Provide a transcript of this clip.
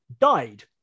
died